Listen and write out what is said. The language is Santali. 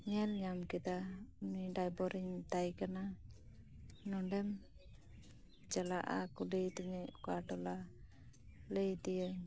ᱧᱮᱞ ᱧᱟᱢ ᱠᱮᱫᱟ ᱩᱱᱤ ᱰᱨᱟᱭᱵᱟᱨ ᱤᱧ ᱢᱮᱛᱟᱭ ᱠᱟᱱᱟ ᱱᱚᱰᱮᱢ ᱪᱟᱞᱟᱜᱼᱟ ᱠᱩᱞᱤᱭᱮᱫᱤᱧᱟ ᱚᱠᱟ ᱴᱚᱞᱟ ᱞᱟᱹᱭ ᱟᱫᱮᱭᱟᱹᱧ